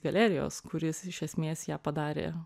galerijos kuris iš esmės ją padarė